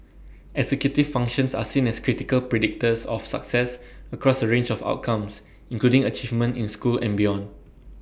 executive functions are seen as critical predictors of success across A range of outcomes including achievement in school and beyond